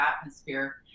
atmosphere